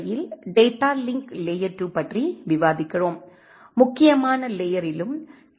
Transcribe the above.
யில் data link layer 2 பற்றி விவாதிக்கிறோம் முக்கியமான லேயரிலும் டி